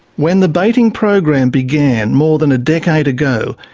when the baiting program began more than a decade ago,